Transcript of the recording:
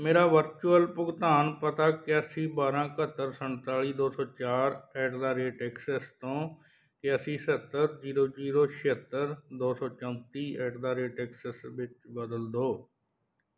ਮੇਰਾ ਵਰਚੁਅਲ ਭੁਗਤਾਨ ਪਤਾ ਇਕਾਸੀ ਬਾਰ੍ਹਾਂ ਇਕਹੱਤਰ ਸੰਤਾਲੀ ਦੋ ਸੌ ਚਾਰ ਐਟ ਦਾ ਰੇਟ ਐਕਸਸ ਤੋਂ ਇਕਾਸੀ ਛਿਹੱਤਰ ਜੀਰੋ ਜੀਰੋ ਛਿਹੱਤਰ ਦੋ ਸੌ ਚੌਂਤੀ ਐਟ ਦਾ ਰੇਟ ਐਕਸਸ ਵਿੱਚ ਬਦਲੋ ਦੋ